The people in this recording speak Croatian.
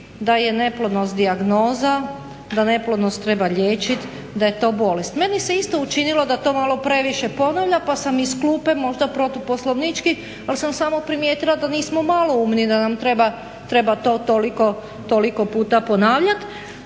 da je neplodnost dijagnoza, da neplodnost treba liječiti, da je to bolest. Meni se isto učinilo da to malo previše ponavlja, pa sam iz klupe možda protu poslovnički, ali sam samo primijetila da nismo maloumni da nam treba to toliko puta ponavljati,